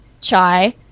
chai